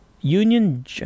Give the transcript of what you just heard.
Union